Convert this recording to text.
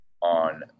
on